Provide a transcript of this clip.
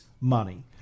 money